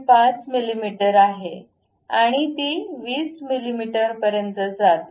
5 मिमी आहे आणि ती 20 मिमीपर्यंत जाते